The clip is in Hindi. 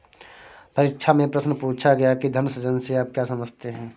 परीक्षा में प्रश्न पूछा गया कि धन सृजन से आप क्या समझते हैं?